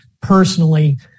personally